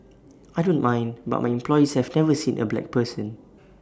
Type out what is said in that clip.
I don't mind but my employees have never seen A black person